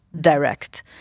direct